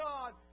God